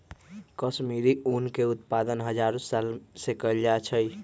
कश्मीरी ऊन के उत्पादन हजारो साल से कएल जाइ छइ